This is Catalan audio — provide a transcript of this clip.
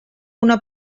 una